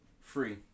free